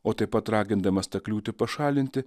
o taip pat ragindamas tą kliūtį pašalinti